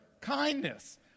kindness